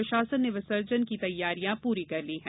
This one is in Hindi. प्रशासन ने विसर्जन की तैयारियां पूरी कर ली हैं